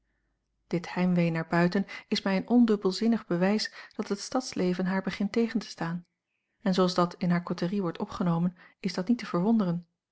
dit heimwee naar buiten is mij een ondubbelzinnig bewijs dat het stadsleven haar begint tegen te staan en zooals dat in haar coterie wordt opgenomen is dat niet te verwonderen